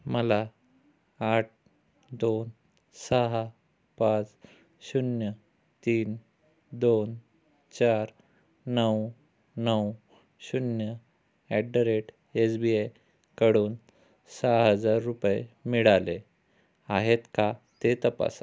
मला आठ दोन सहा पाच शून्य तीन दोन चार नऊ नऊ शून्य at the rate S B आयकडून सहा हजार रुपये मिळाले आहेत का ते तपासा